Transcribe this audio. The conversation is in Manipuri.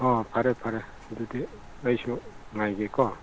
ꯍꯣ ꯐꯔꯦ ꯐꯔꯦ ꯑꯗꯨꯗꯤ ꯑꯩꯁꯨ ꯉꯥꯏꯒꯦꯀꯣ